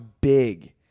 big